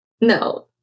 No